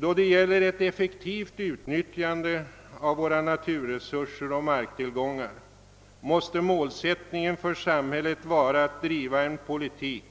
Då det gäller ett effektivt utnyttjande av våra naturresurser och marktillgångar måste målsättningen för samhället vara att driva en politik